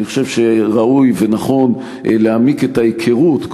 אני חושב שראוי ונכון להעמיק את ההיכרות,